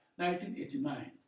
1989